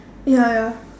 ya ya